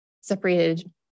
separated